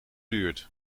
duurt